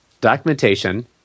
documentation